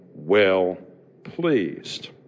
well-pleased